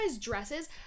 dresses